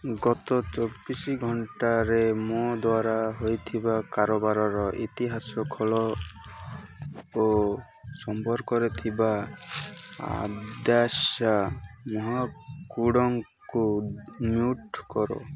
ଗତ ଚବିଶ ଘଣ୍ଟାରେ ମୋ ଦ୍ୱାରା ହୋଇଥିବା କାରବାରର ଇତିହାସ ଖୋଲ ଓ ସମ୍ପର୍କରେ ଥିବା ଆଦ୍ୟାଶା ମହାକୁଡ଼ଙ୍କୁ ମ୍ୟୁଟ୍ କର